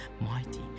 mighty